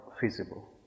feasible